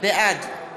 בעד